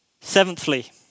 Seventhly